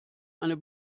eine